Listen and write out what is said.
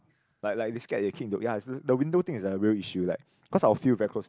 like like they scared you kick into ya the window thing is a real issue like cause our field very close